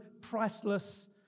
priceless